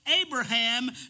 Abraham